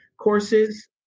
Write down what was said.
courses